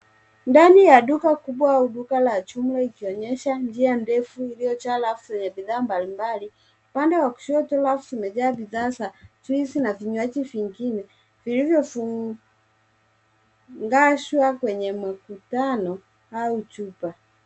Ndani ya duka kubwa au duka la jumla ikionyesha njia ndefu iliyojaa rafu zenye bidhaa mbalimbali, upande wa kushoto, rafu zimejaa bidhaa za juisi na vinywaji vingine vilivyofungashwa kwenye makutano au chupa.